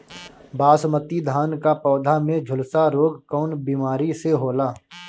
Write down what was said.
बासमती धान क पौधा में झुलसा रोग कौन बिमारी से होला?